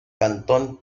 cantón